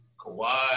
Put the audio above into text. Kawhi